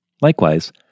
Likewise